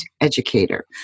educator